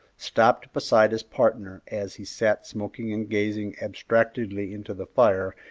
stopped beside his partner as he sat smoking and gazing abstractedly into the fire,